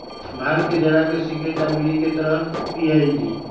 भांग के जरा के सिगरेट आ बीड़ी के तरह पिअईली